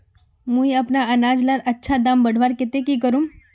मुई अपना अनाज लार अच्छा दाम बढ़वार केते की करूम?